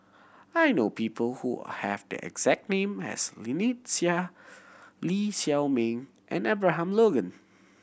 I know people who have the exact name as Lynnette Seah Lee Shao Meng and Abraham Logan